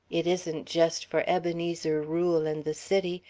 it isn't just for ebenezer rule and the city.